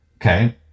Okay